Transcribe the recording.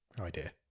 idea